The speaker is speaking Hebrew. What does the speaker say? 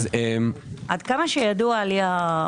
עד כמה שידוע לי,